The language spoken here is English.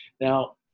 Now